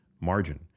margin